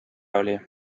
oli